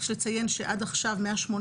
יש לציין שעד עכשיו, מה-8